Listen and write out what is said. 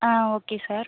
ah okay sir